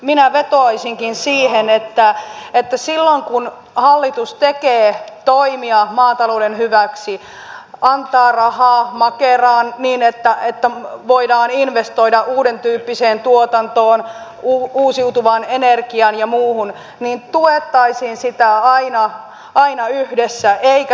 minä vetoaisinkin siihen että silloin kun hallitus tekee toimia maatalouden hyväksi antaa rahaa makeraan niin että voidaan investoida uudentyyppiseen tuotantoon uusiutuvaan energiaan ja muuhun niin tuettaisiin sitä aina yhdessä eikä sanottaisi näpertelyksi